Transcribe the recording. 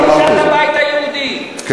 לבית היהודי, לא נותנת.